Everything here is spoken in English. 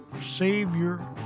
savior